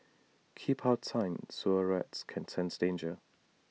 keep out sign sewer rats can sense danger